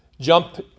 jump